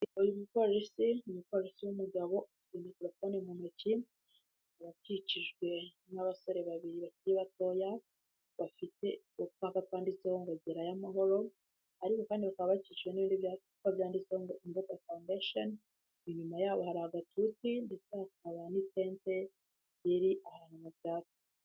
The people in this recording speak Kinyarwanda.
Uyu mupolisi n'umupolisi w'umugabo ufite mikorofone mu ntoki, akaba akikijwe n'abasore babiri bakiri batoya, bafite utwo twapa twanditseho ngo gerayo amahoro, ariko kandi bakaba bakikijwe n'ibi byapa byanditsweho ngo imbuto foundation inyuma yabo hari agatuti ndetse hakaba nitente riri ahantu mu byatsi.